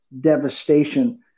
devastation